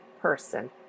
person